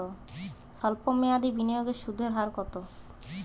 সল্প মেয়াদি বিনিয়োগের সুদের হার কত?